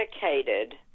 dedicated